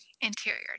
interior